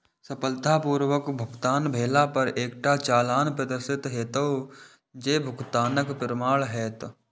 सफलतापूर्वक भुगतान भेला पर एकटा चालान प्रदर्शित हैत, जे भुगतानक प्रमाण हैत